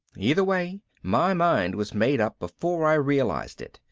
either way my mind was made up before i realized it.